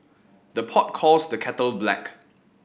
the pot calls the kettle black